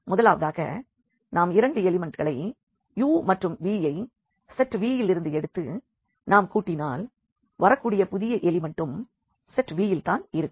முதலாவதாக நாம் இரண்டு எலிமண்ட்டுகளை u மற்றும் v ஐ செட் V இல் இருந்து எடுத்து நாம் கூட்டினால் வரக்கூடிய புதிய எலிமண்ட்டும் செட் V இல் தான் இருக்கும்